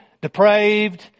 depraved